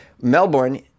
Melbourne